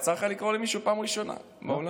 כבר יצא לך לקרוא למישהו פעם ראשונה באולם?